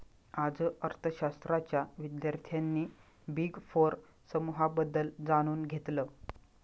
आज अर्थशास्त्राच्या विद्यार्थ्यांनी बिग फोर समूहाबद्दल जाणून घेतलं